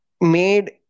made